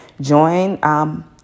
Join